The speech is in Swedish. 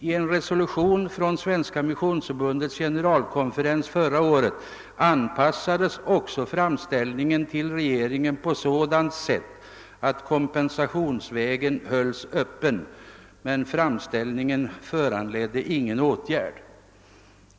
I en resolution från Svenska missionsförbundets generalkonferens förra året anpassades också framställningen till regeringen på sådant sätt att kompensationsvägen hölls öppen. Framställningen föranledde dock ingen åtgärd.